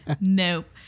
Nope